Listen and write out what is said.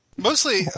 Mostly